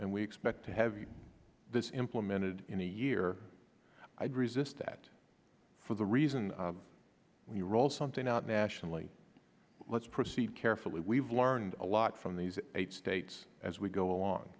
and we expect to have this implemented in a year i'd resist that for the reason we roll something out nationally let's proceed carefully we've learned a lot from these eight states as we go along